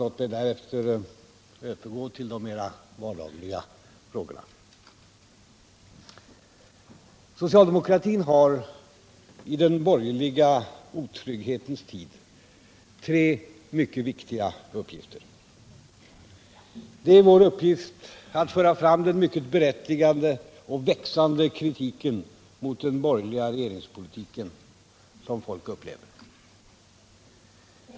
Låt mig härefter övergå till de mera vardagliga frågorna. Socialdemokratin har i den borgerliga otrygghetens tid tre mycket viktiga uppgifter. Det är vår uppgift att föra fram den mycket berättigade och växande kritiken mot den borgerliga regeringspolitiken, som folk upplever den.